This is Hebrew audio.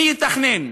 מי יתכנן?